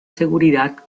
seguridad